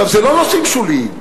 זה לא נושאים שוליים.